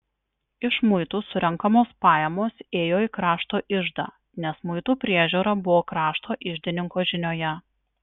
iš muitų surenkamos pajamos ėjo į krašto iždą nes muitų priežiūra buvo krašto iždininko žinioje